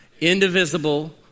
indivisible